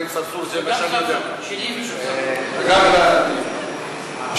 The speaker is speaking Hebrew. גם שלי וגם של חבר הכנסת אברהים צרצור,